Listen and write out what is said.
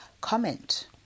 comment